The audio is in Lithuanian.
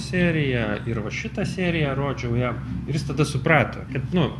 seriją ir va šitą seriją rodžiau jam ir jis tada suprato kad nu